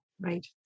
Right